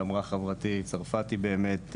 שאמרה חברתי צרפתי באמת,